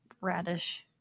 Radish